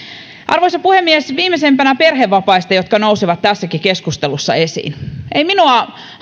arvoisa puhemies viimeisimpänä perhevapaista jotka nousevat tässäkin keskustelussa esiin ei minua